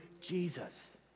Jesus